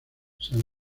san